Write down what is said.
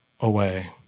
away